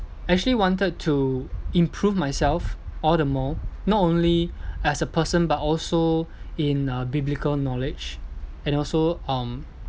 actually wanted to improve myself all the more not only as a person but also in uh biblical knowledge and also um